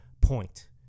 point